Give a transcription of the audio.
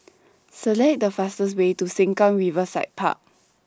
Select The fastest Way to Sengkang Riverside Park